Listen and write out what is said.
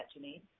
Janine